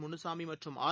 முனுசாமிமற்றும் R